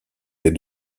les